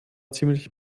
ziemlich